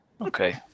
Okay